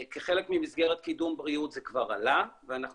כחלק ממסגרת קידום בריאות זה כבר עלה ואנחנו